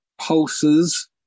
pulses